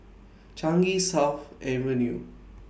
Changi South Avenue